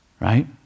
right